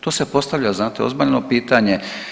To se postavlja znate ozbiljno pitanje.